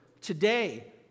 today